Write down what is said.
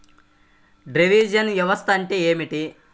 Drainage వ్యవస్థ అంటే ఏమిటి?